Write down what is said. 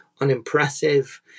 unimpressive